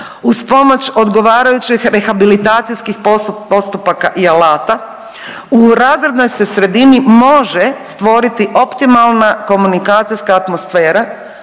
Uz pomoć odgovarajućih rehabilitacijskih postupaka i alata u razrednoj se sredini može stvoriti optimalna komunikacijska atmosfera